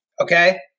Okay